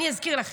אני אזכיר לכם.